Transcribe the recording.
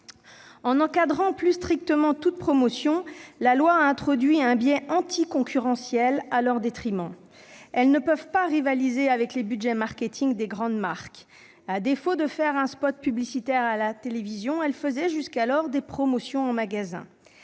En encadrant plus strictement toute promotion, la loi a introduit un biais anticoncurrentiel à leur détriment : elles ne peuvent pas rivaliser avec les budgets marketing des grandes marques. À défaut de diffuser un spot publicitaire à la télévision, elles faisaient, jusqu'alors, des promotions en magasin.